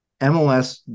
MLS